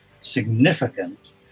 significant